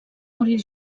morir